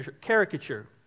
caricature